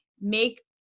make